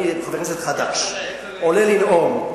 אני חבר כנסת חדש, עולה לנאום.